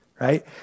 Right